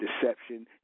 deception